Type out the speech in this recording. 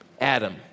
Adam